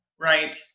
right